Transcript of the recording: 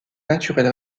naturel